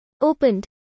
Opened